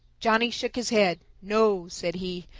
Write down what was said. johnny shook his head. no, said he.